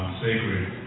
sacred